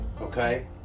Okay